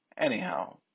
Anyhow